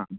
आम्